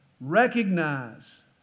Recognize